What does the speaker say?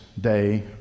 day